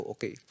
Okay